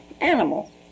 animal